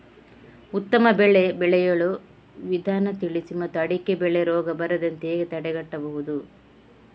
ಉತ್ತಮ ಬೆಳೆ ಬೆಳೆಯುವ ವಿಧಾನ ತಿಳಿಸಿ ಮತ್ತು ಅಡಿಕೆ ಬೆಳೆಗೆ ರೋಗ ಬರದಂತೆ ಹೇಗೆ ತಡೆಗಟ್ಟಬಹುದು?